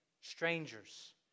strangers